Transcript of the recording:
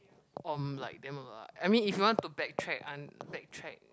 um I like them a lot I mean if you want to back track I'm back track